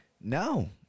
No